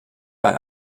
ein